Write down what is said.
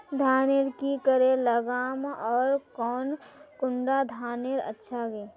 धानेर की करे लगाम ओर कौन कुंडा धानेर अच्छा गे?